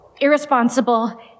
irresponsible